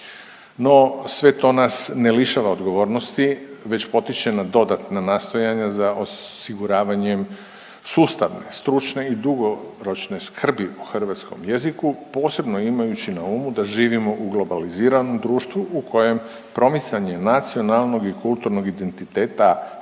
No, sve to nas ne lišava odgovornosti već potiče na dodatna nastojanja za osiguravanjem sustavne, stručne i dugoročne skrbi o hrvatskom jeziku, posebno imajući na umu da živimo u globaliziranom društvu u kojem promicanje nacionalnog i kulturnog identiteta Hrvatske